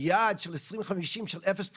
יעד של 2050 של אפס פליטות,